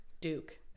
Duke